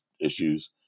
issues